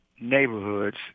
neighborhoods